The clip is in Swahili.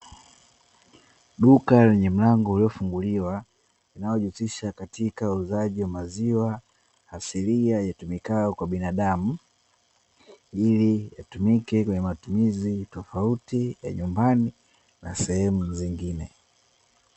Duka lenye mlango uliofunguliwa, linalojihusisha katika uuzaji wa maziwa asilia yatumikayo kwa binadamu ili yatumike kwenye matumizi tofauti ya nyumbani na sehemu zingine.